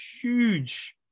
huge